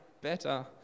better